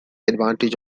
advantage